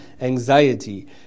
anxiety